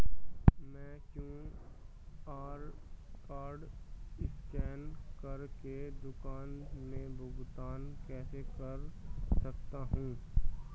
मैं QR code scan कर के दुकान में भुगतान कैसे कर सकती हूँ?